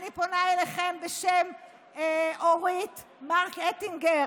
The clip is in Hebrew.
אני פונה אליכם בשם אורית מרק אטינגר,